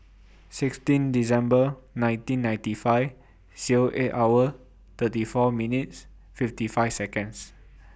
sixteen December nineteen ninety five Zero eight hour thirty four minutes fifty five Seconds